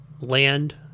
land